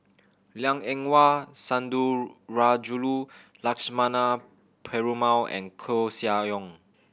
Liang Eng Hwa Lakshmana Perumal and Koeh Sia Yong